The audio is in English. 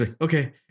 okay